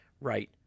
right